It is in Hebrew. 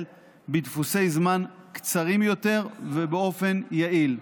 בדפוסי זמן קצרים יותר ובאופן יעיל.